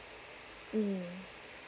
mm